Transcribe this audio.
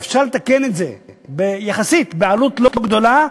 אפשר לתקן את זה יחסית בעלות לא גדולה,